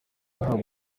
ahabwa